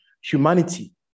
humanity